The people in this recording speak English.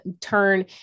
turn